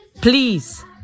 Please